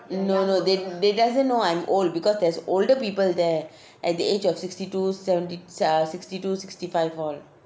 no no they they doesn't know I'm old because there's older people there at the age of sixty two seventy ah sixty two sixty five all